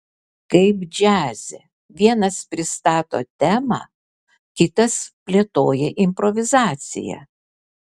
kaip džiaze vienas pristato temą kitas plėtoja improvizaciją